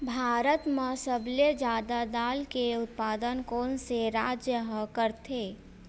भारत मा सबले जादा दाल के उत्पादन कोन से राज्य हा करथे?